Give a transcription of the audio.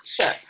Sure